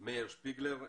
מאיר שפיגלר,